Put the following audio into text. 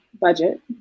budget